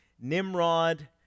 Nimrod